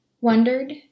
wondered